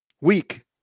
weak